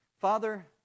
Father